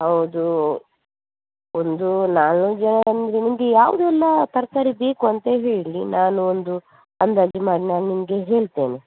ಹೌದು ಒಂದು ನಾಲ್ನೂರು ಜನ ಅಂದರೆ ನಿಮಗೆ ಯಾವುದೆಲ್ಲ ತರಕಾರಿ ಬೇಕು ಅಂತ ಹೇಳಿ ನಾನು ಒಂದು ಅಂದಾಜು ಮಾಡಿ ನಾನು ನಿಮಗೆ ಹೇಳ್ತೇನೆ